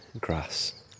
grass